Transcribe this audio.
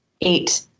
Eight